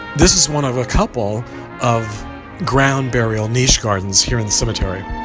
this is one of a couple of ground burial niche gardens here in cemetery